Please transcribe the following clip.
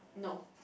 no